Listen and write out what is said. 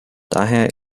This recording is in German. daher